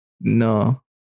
No